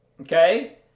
Okay